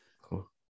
Cool